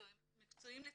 מקצועיים לתחומם.